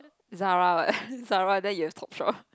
Zara what Zara then you have Topshop